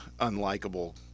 unlikable